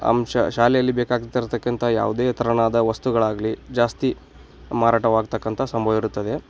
ಅಂಶ ಶಾಲೆಯಲ್ಲಿ ಬೇಕಾಗ್ತಿರತಕ್ಕಂಥ ಯಾವುದೇ ತೆರನಾದ ವಸ್ತುಗಳಾಗಲಿ ಜಾಸ್ತಿ ಮಾರಾಟವಾಗತಕ್ಕಂಥ ಸಂಭವವಿರುತ್ತದೆ